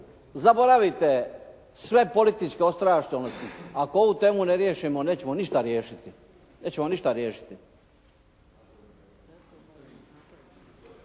Zaboravite sve političke … ako ovu temu ne riješimo, nećemo ništa riješiti.